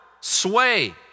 sway